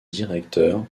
directeur